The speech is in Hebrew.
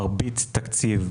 מרבית תקציב,